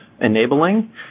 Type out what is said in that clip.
enabling